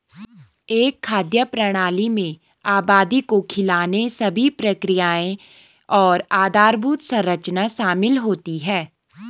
एक खाद्य प्रणाली में आबादी को खिलाने सभी प्रक्रियाएं और आधारभूत संरचना शामिल होती है